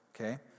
okay